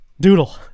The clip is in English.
Doodle